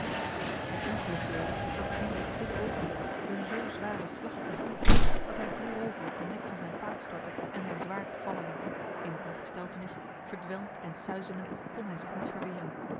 het ongeluk wilde dat gwyde op dit ogenblik een zo zware slag op de helm kreeg dat hij voorover op de nek van zijn paard stortte en zijn zwaard vallen liet in die gesteltenis verdwelmd en suizelend kon hij zich niet verweren